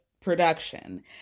production